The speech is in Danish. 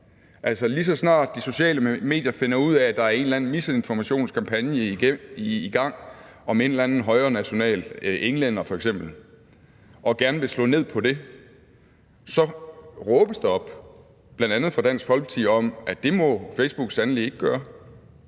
lige så snart de sociale medier finder ud af, at der en eller anden misinformationskampagne i gang om f.eks. en eller anden højrenational englænder og gerne vil slå ned på det, så råbes der op om, bl.a. fra Dansk Folkeparti, at det må Facebook sandelig ikke gøre.